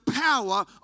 power